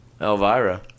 Elvira